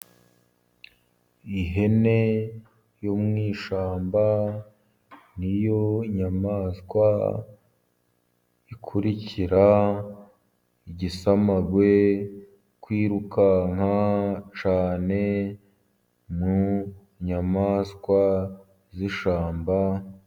Ihene yo mu ishyamba ni yo nyamaswa ikurikira igisamagwe kwirukanka cyane mu nyamaswa z'ishyamba.